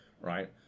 right